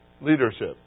Leadership